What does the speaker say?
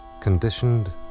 conditioned